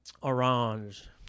Orange